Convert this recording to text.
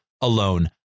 alone